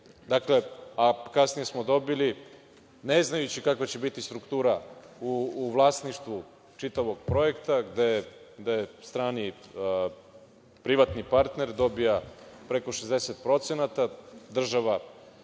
a kasnije smo dobili, ne znajući kakva će biti struktura u vlasništvu čitavog projekata gde strani privatni partner dobija preko 60%, država